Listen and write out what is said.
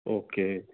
okay